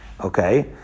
okay